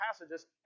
passages